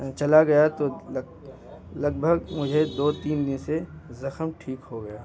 چلا گیا تو لگ لگ بھگ مجھے دو تین دن سے زخم ٹھیک ہو گیا